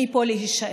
אני פה להישאר,